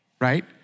Right